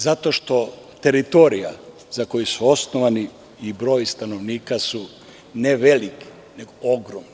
Zato što teritorija za koju su osnovani i broj stanovnika su ne velik, nego ogroman.